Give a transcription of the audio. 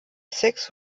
six